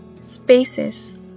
Spaces